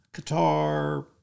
qatar